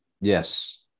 Yes